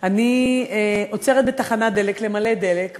אני עוצרת בתחנת דלק למלא דלק,